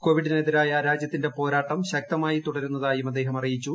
കോവിഡിനെതിരായ രാജ്യത്തിന്റെ പോരാട്ടം ശക്തമായി തുടരുന്ന തായും അദ്ദേഹം അറിയിച്ചു